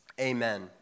amen